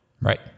Right